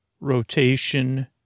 rotation